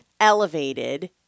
elevated